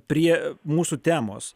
prie mūsų temos